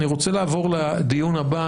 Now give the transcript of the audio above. אני רוצה לעבור לדיון הבא,